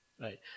right